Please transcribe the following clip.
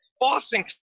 Boston